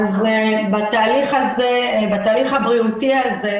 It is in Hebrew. אז בתהליך הבריאותי הזה,